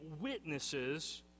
witnesses